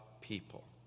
people